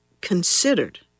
considered